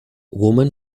woman